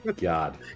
God